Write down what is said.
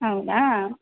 ಹೌದಾ